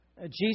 Jesus